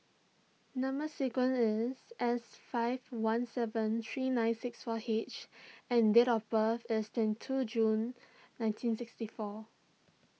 Number Sequence is S five one seven three nine six four H and date of birth is twenty two June nineteen sixty four